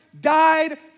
died